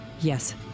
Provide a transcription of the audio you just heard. Yes